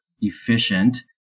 efficient